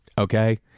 okay